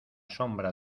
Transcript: sombra